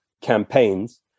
campaigns